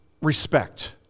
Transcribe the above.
respect